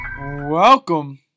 Welcome